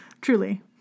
Truly